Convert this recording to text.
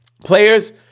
players